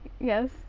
yes